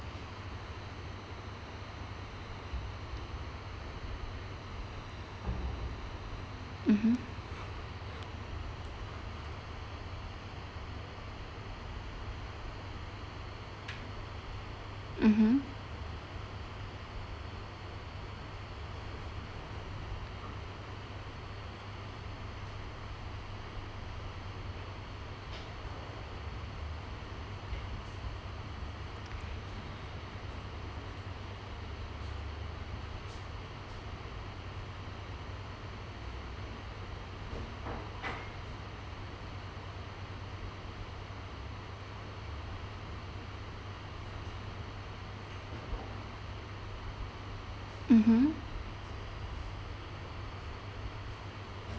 mmhmm mmhmm mmhmm